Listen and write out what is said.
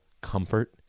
comfort